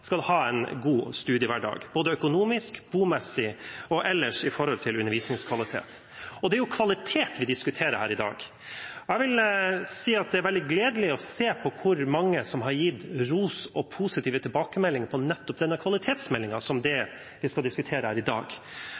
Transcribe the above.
skal ha en god studiehverdag, både økonomisk, bomessig og når det gjelder undervisningskvalitet ellers. Det er kvalitet vi diskuterer her i dag. Jeg vil si at det er veldig gledelig å se hvor mange som har gitt ros for og positive tilbakemeldinger om nettopp denne kvalitetsmeldingen, som er det vi skal diskutere her i dag.